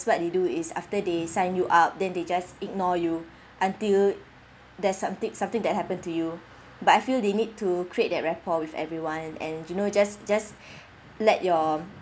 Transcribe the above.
what they do is after they sign you up then they just ignore you until there's something something that happen to you but I feel they need to create that rapport with everyone and you know just just let your